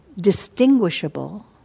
distinguishable